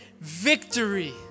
victory